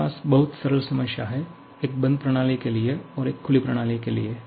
मेरे पास बहुत सरल समस्याएं हैं एक बंद प्रणाली के लिए और एक खुली प्रणाली के लिए